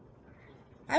I